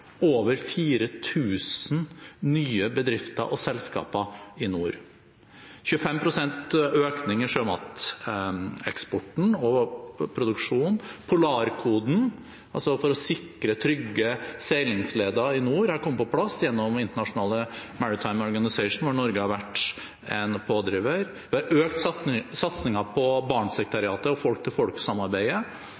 over 4 000 nye bedrifter og selskaper i nord. Det har vært 25 pst. økning i sjømateksporten og -produksjonen. Polarkoden, som skal sikre trygge seilingsleder i nord, har kommet på plass gjennom International Maritime Organization, hvor Norge har vært en pådriver. Vi har økt satsingen på